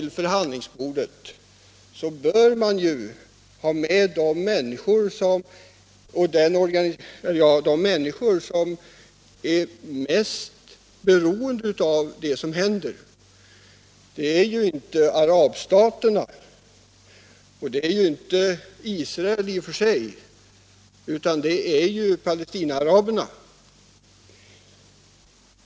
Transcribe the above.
Vid förhandlingsbordet bör man naturligtvis ha med dem som är mest beroende av vad som diskuteras, och det är ju inte arabstaterna och i och för sig inte heller Israel, utan det är palestinaaraberna.